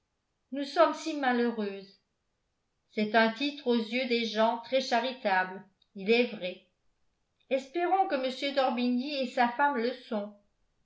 nous sommes si malheureuses c'est un titre aux yeux des gens très charitables il est vrai espérons que m d'orbigny et sa femme le